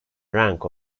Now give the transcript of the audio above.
rank